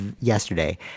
yesterday